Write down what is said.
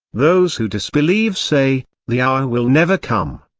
those who disbelieve say, the hour will never come.